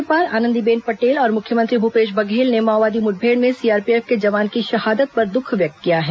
राज्यपाल आनंदीबेन पटेल और मुख्यमंत्री भूपेश बघेल ने माओवादी मुठभेड़ में सीआरपीएफ के जवान की शहादत पर दुख व्यक्त किया है